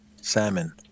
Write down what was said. Salmon